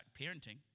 parenting